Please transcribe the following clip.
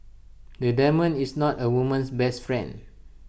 A diamond is not A woman's best friend